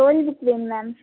story book வேணும் ma'am